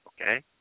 Okay